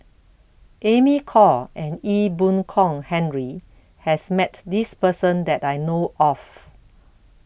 Amy Khor and Ee Boon Kong Henry has Met This Person that I know of